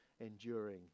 enduring